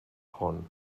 hon